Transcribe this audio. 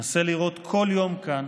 נסה לראות כל יום כאן